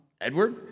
Edward